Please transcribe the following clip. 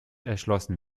erschlossen